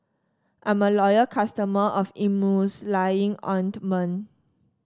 I'm a loyal customer of ointment